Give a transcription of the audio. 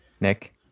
Nick